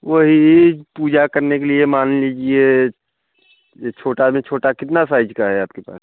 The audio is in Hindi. वही पूजा करने के लिए मान लीजिए छोटा में छोटा कितना साइज का है आपके पास